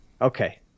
okay